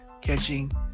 catching